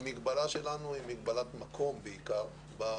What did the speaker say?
המגבלה שלנו היא בעיקר מגבלת מקום במוסדות.